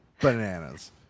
bananas